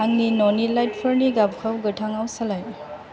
आंनि न'नि लाइटफोरनि गाबखौ गोथाङाव सोलाय